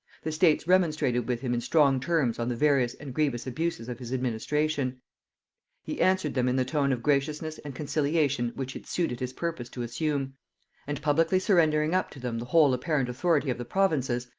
the states remonstrated with him in strong terms on the various and grievous abuses of his administration he answered them in the tone of graciousness and conciliation which it suited his purpose to assume and publicly surrendering up to them the whole apparent authority of the provinces,